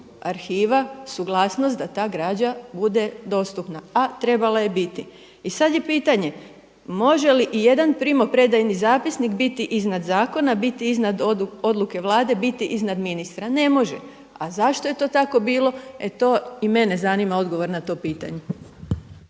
Arhiva suglasnost da ta građa bude dostupna, a trebala je biti. I sad je pitanje, može li i jedan primopredajni zapisnik biti iznad zakona, biti iznad odluke Vlade, biti iznad ministra? Ne može! A zašto je to tako bilo? E, to i mene zanima odgovor na to pitanje.